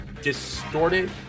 distorted